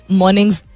mornings